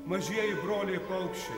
mažieji broliai paukščiai